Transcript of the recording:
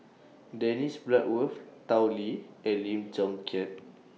Dennis Bloodworth Tao Li and Lim Chong Keat